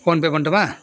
PhonePe பண்ணட்டுமா